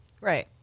Right